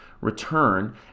return